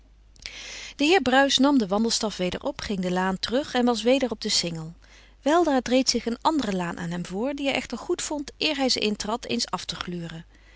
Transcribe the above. de heer bruis nam den wandelstaf weder op ging de laan terug en was weder op den singel weldra deed zich een andere laan aan hem voor die hij echter goedvond eer hij ze intrad eens af te gluren